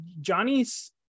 Johnny's